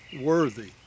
worthy